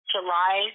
July